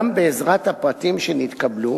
גם בעזרת הפרטים שנתקבלו,